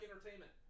Entertainment